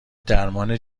درمان